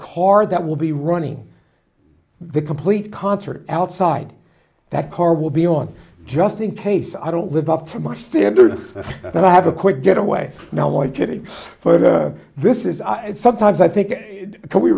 car that will be running the complete concert outside that car will be on just in case i don't live up to my standards but i have a quick getaway now why did for the this is it sometimes i think can we